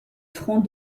front